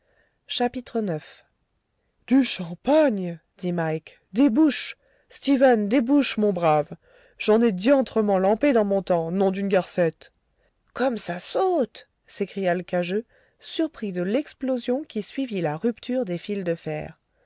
ix du champagne dit mike débouche stephen débouche mon brave j'en ai diantrement lampé dans mon temps nom d'une garcette comme ça saute s'écria l'cageux surpris de l'explosion qui suivit la rupture des fils de fer